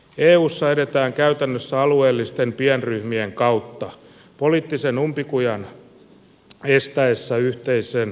eussa edetään käytännössä alueellisten pienryhmien kautta poliittisen umpikujan estäessä yhteisen puolustuksen kehittämisen